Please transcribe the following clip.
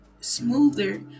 smoother